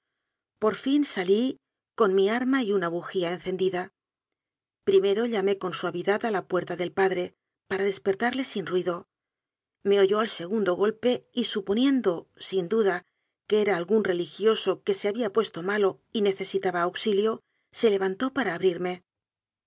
por fin salí con mi arma y una bujía encendida primero llamé con suavidad a la puerta del padre para despertarle sin ruido me oyó al segundo golpe y suponiendo sin duda que era algún religioso que se había puesto malo y necesitaba auxilio se le vantó para abrirme